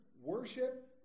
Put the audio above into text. worship